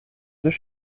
deux